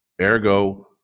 Ergo